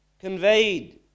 conveyed